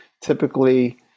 typically